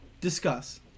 Discuss